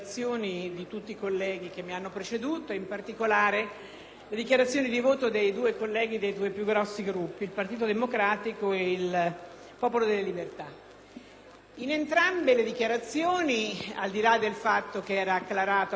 particolare quelle dei due colleghi dei due Gruppi più grandi, il Partito Democratico e il Popolo della Libertà. In entrambi le dichiarazioni, al di là del fatto che era acclarato ormai il voto favorevole, c'è stata un'elencazione di punti